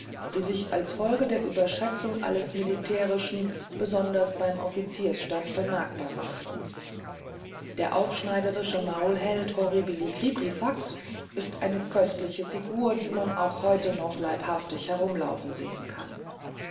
die sich als folge der überschätzung alles militärischen besonders beim offiziersstand bemerkbar machten der aufschneiderische maulheld horribilicribrifax ist eine köstliche figur die man heute noch leibhaftig herumlaufen sehen kann